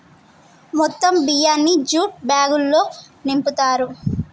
మొత్తం బియ్యాన్ని జ్యూట్ బ్యాగులల్లో నింపుతారు